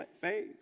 faith